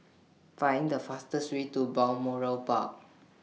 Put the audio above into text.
Find The fastest Way to Balmoral Park